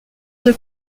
deux